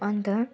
अन्त